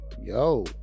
yo